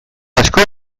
asko